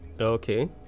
Okay